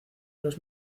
los